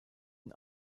ihn